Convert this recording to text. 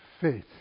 faith